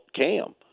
Cam